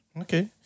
Okay